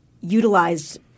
utilized